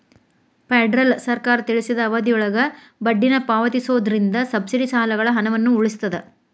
federal ಸರ್ಕಾರ ತಿಳಿಸಿದ ಅವಧಿಯೊಳಗ ಬಡ್ಡಿನ ಪಾವತಿಸೋದ್ರಿಂದ ಸಬ್ಸಿಡಿ ಸಾಲಗಳ ಹಣವನ್ನ ಉಳಿಸ್ತದ